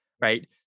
right